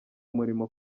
murimo